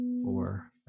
Four